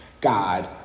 God